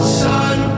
sun